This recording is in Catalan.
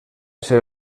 ser